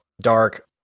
dark